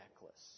necklace